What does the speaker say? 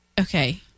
okay